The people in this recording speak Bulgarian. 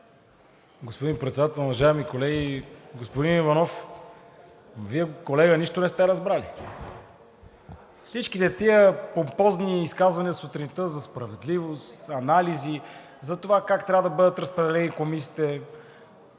Господин Председател, уважаеми колеги! Господин Иванов, Вие, колега, нищо не сте разбрали. Всичките тези помпозни изказвания сутринта за справедливост, анализи, за това как трябва да бъдат разпределени комисиите,